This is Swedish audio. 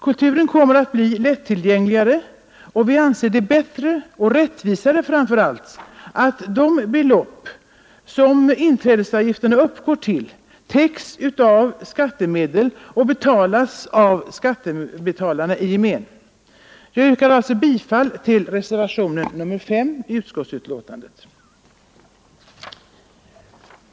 Kulturen kommer att bli lätttillgängligare, och vi anser det bättre och framför allt rättvisare att det belopp som inträdesavgifterna uppgår till täcks av skattemedel och betalas av skattebetalarna i gemen. Jag yrkar alltså bifall till reservationen 5 i utskottsbetänkandet.